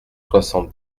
soixante